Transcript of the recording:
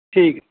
ਠੀਕ